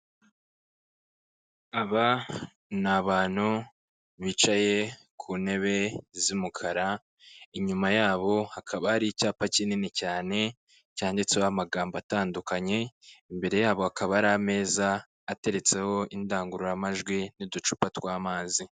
Aba ni abantu bicaye ku ntebe z'umukara inyuma yabo hakaba hari icyapa kinini cyane cyanditseho amagambo atandukanye, imbere yabo hakaba hari ameza ateretseho indangururamajwi n'uducupa tw'amazi.